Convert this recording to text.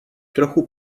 trochu